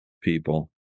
people